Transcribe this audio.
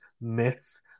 myths